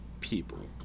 people